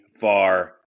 far